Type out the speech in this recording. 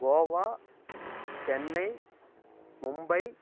Goa Chennai Mumbai